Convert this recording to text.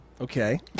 okay